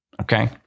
okay